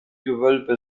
gewölbe